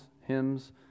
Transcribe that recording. hymns